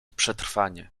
przetrwanie